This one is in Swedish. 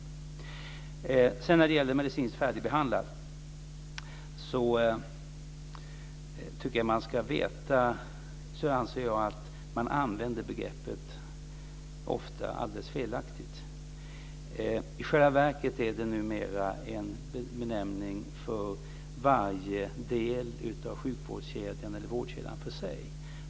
När det gäller begreppet medicinskt färdigbehandlad anser jag att det ofta används alldeles felaktigt. I själva verket är det numera en benämning som används i varje del av sjukvårdskedjan för sig.